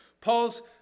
Paul's